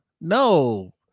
No